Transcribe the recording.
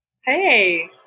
Hey